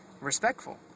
respectful